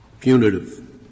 punitive